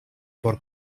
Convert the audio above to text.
por